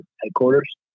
headquarters